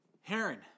Heron